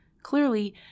Clearly